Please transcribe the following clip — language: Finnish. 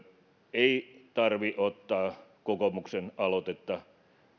ei tarvitse ottaa kokoomuksen aloitetta